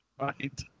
right